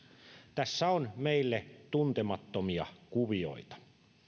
tässä on meille tuntemattomia kuvioita